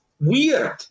weird